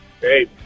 Hey